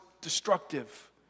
destructive